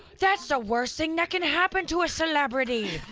that's the worst thing that can happen to a celebrity.